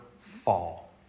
fall